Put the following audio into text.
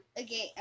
Okay